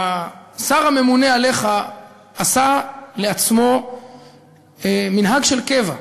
השר הממונה עליך עשה לעצמו מנהג של קבע: